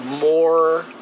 more